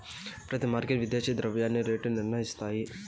ప్రతి మార్కెట్ విదేశీ ద్రవ్యానికి రేటు నిర్ణయిస్తాయి